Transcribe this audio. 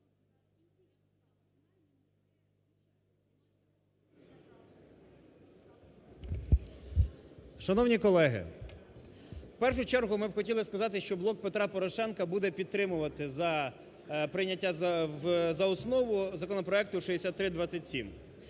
Шановні колеги, в першу чергу, ми б хотіли сказати, що "Блок Петра Порошенка" буде підтримувати прийняття за основу законопроекту 6327.